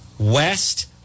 West